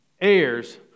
heirs